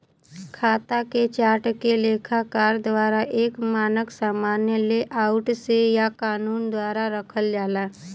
खाता के चार्ट के लेखाकार द्वारा एक मानक सामान्य लेआउट से या कानून द्वारा रखल जाला